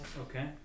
Okay